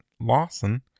Lawson